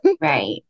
Right